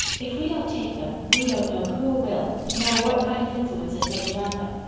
if we don't take them we don't know who will, nor what kind of influences may surround them.